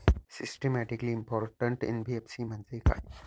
Systematically important NBFC म्हणजे काय?